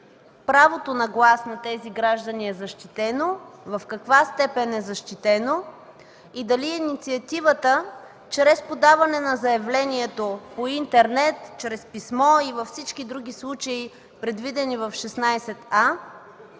правото на глас на тези граждани е защитено, в каква степен и дали инициативата чрез подаване на заявлението по интернет, чрез писмо и във всички други случаи, предвидени в 16а,